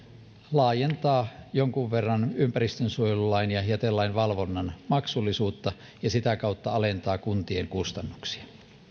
laajentaa jonkun verran ympäristönsuojelulain ja jätelain valvonnan maksullisuutta ja sitä kautta alentaa kun tien kustannuksia